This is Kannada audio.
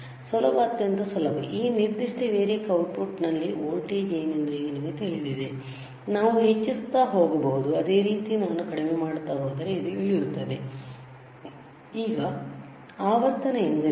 ಆದ್ದರಿಂದ ಸುಲಭ ಅತ್ಯಂತ ಸುಲಭ ಈ ನಿರ್ದಿಷ್ಟ ವೇರಿಯಕ್ನ ಔಟ್ಪುಟ್ನಲ್ಲಿ ವೋಲ್ಟೇಜ್ ಏನೆಂದು ಈಗ ನಿಮಗೆ ತಿಳಿದಿದೆ ನಾವು ಹೆಚ್ಚಿಸಿಸುತ್ತಾ ಹೋಗಬಹುದು ಅದೇ ರೀತಿ ನಾನು ಕಡಿಮೆಮಾಡುತ್ತಾ ಹೋದರೆ ಅದು ಇಳಿಯುತ್ತದೆ ಈಗ ಆವರ್ತನ ಎಂದರೇನು